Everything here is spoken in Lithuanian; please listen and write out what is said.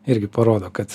irgi parodo kad